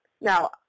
Now